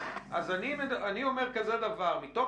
אז תגידו לנו: מתוך